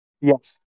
Yes